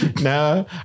No